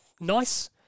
nice